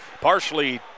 Partially